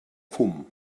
fum